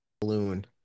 balloon